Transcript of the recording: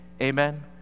Amen